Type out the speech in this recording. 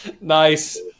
nice